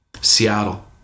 Seattle